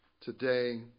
today